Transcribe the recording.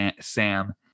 Sam